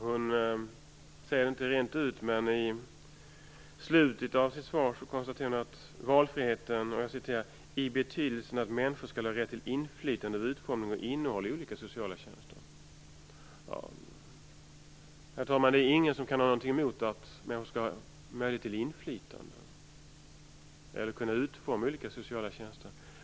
Hon säger det inte rent ut, men i slutet av sitt svar konstaterar hon att "--- valfriheten ökar, i betydelsen att människor skall ha rätt till inflytande över utformning och innehåll i olika sociala tjänster - Herr talman! Det är ingen som kan ha något emot att människor skall ha möjlighet till inflytande eller kunna utforma olika sociala tjänster.